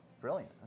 brilliant